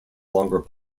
longer